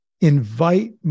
invite